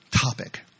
topic